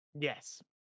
Yes